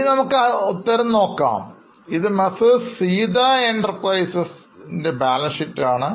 ഇനി നമുക്ക് ഉത്തരം നോക്കാം ഇത് Messrs Seetha Enterprise balance sheet ആണ്